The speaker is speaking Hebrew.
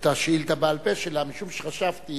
את השאילתא בעל-פה שלה משום שחשבתי